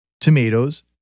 tomatoes